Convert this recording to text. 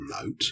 note